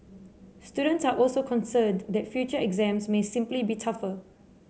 students are also concerned that future exams may simply be tougher